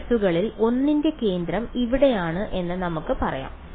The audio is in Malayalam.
ഈ പൾസുകളിൽ ഒന്നിന്റെ കേന്ദ്രം എവിടെയാണ് എന്ന് നമുക്ക് പറയാം